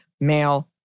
male